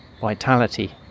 vitality